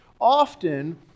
Often